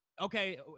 okay